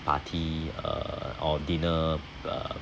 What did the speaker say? party uh or dinner uh